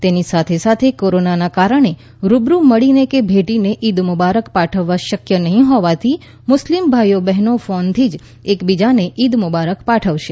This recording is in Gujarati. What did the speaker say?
તેની સાથે સાથે કોરોનાના કારણે રૂબરૂ મળીને કે ભેટીને ઈદ મુબારક પાઠવવા શક્ય નહિ હોવાથી મુસ્લિમ ભાઇઓ બહેનો ફોનથી જ એક બીજાને ઈદ મુબારક પાઠવશે